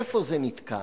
איפה זה נתקע?